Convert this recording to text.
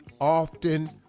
often